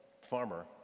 farmer